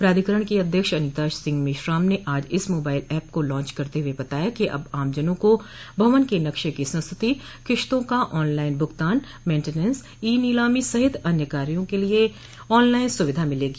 प्राधिकरण की अध्यक्ष अनीता सिंह मेश्राम ने आज इस मोबइल एप का लांच करते हुए बताया कि अब आमजनों को भवन के नक्शे की संस्तुति किस्तों का ऑन लाइन भुगतान मेटिनेंस ई नीलामी सहित अन्य कार्यो के लिये ऑन लाइन सुविधा मिलेगी